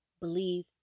believe